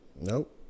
nope